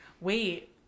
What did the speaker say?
wait